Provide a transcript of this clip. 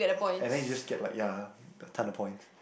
and then you just get like ya a ton of points